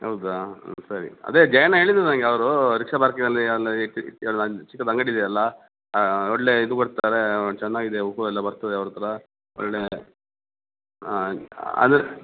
ಹೌದಾ ಹಾಂ ಸರಿ ಅದೆ ಜಯಣ್ಣ ಹೇಳಿದರು ನನಗೆ ಅವರು ರಿಕ್ಷ ಪಾರ್ಕಿನಲ್ಲಿ ಅಲ್ಲಿ ಇತ್ತು ಅಂದು ಚಿಕ್ಕದು ಅಂಗಡಿ ಇದೆಯಲ್ಲ ಒಳ್ಳೆಯಾ ಇದು ಕೊಡ್ತಾರೆ ಚೆನ್ನಾಗಿದೆ ಹೂವೆಲ್ಲ ಬರ್ತದೆ ಅವ್ರ ಹತ್ರ ಒಳ್ಳೆಯ ಅದೆ